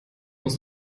muss